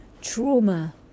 Trauma